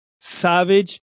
Savage